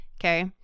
okay